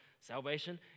Salvation